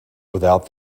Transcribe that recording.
without